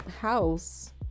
house